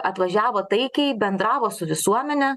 atvažiavo taikiai bendravo su visuomene